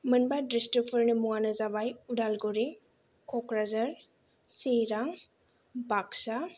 मोनबा दिस्ट्रिकफोरनि मुङानो जाबाय उदालगुरि कक्राझार चिरां बाकसा